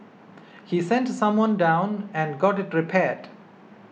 he sent someone down and got it repaired